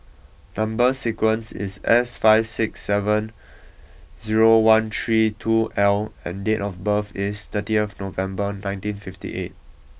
number sequence is S five six seven zero one three two L and date of birth is thirtieth November nineteen fifty eight